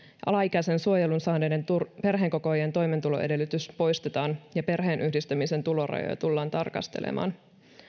alaikäisenä suojelun saaneiden perheenkokoajien toimeentuloedellytys poistetaan ja perheenyhdistämisen tulorajoja tullaan tarkastelemaan